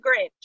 grinch